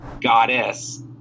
goddess